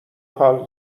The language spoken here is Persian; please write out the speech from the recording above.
کال